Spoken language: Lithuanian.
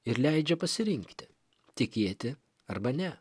ir leidžia pasirinkti tikėti arba ne